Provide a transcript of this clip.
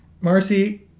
Marcy